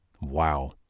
Wow